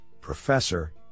Professor